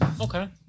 Okay